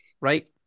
right